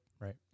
Right